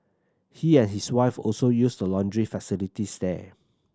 he and his wife also use the laundry facilities there